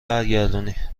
برگردونی